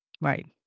right